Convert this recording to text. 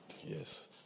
Yes